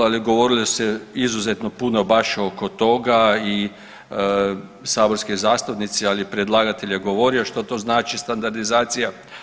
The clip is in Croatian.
ali govorilo se izuzetno puno baš oko toga i saborski zastupnici, ali i predlagatelj je govorio šta to znači standardizacija.